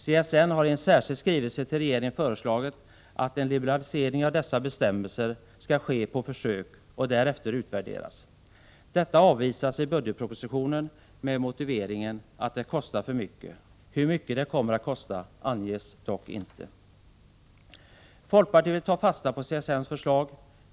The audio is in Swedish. CSN har i en särskild skrivelse till regeringen föreslagit att en liberalisering av dessa bestämmelser skall ske på försök och därefter utvärderas. Detta avvisas i budgetpropositionen med motiveringen att det kostar för mycket. Hur mycket det kommer att kosta anges dock inte. Folkpartiet vill ta fasta på CSN:s förslag.